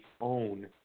own